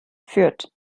fürth